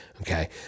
okay